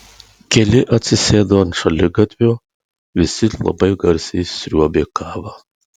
keli atsisėdo ant šaligatvio visi labai garsiai sriuobė kavą